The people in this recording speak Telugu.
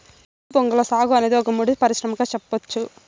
ఎదురు బొంగుల సాగు అనేది ఒక ముడి పరిశ్రమగా సెప్పచ్చు